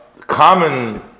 common